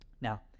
Now